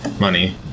money